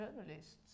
journalists